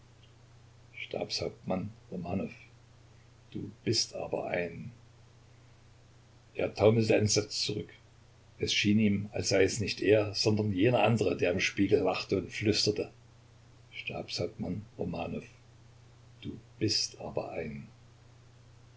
stabshauptmann romanow du bist aber ein er taumelte entsetzt zurück es schien ihm als sei es nicht er sondern jener andere der im spiegel lachte und flüsterte stabshauptmann romanow du bist aber ein